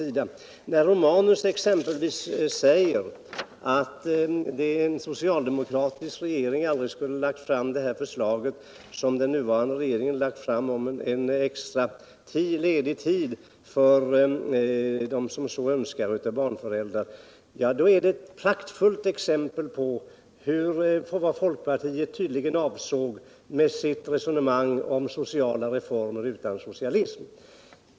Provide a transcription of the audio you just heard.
När herr Romanus säger att en socialdemokratisk regering aldrig skulle ha lagt fram förslaget om extra ledig tid för de barnföräldrar som så önskar, är det ett praktfullt exempel på vad folkpartiet tydligen avsåg med sitt resonemang om sociala reformer utan socialism.